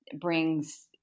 brings